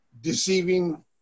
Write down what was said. Deceiving